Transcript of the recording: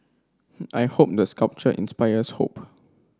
I hope the sculpture inspires hope